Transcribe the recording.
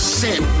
sin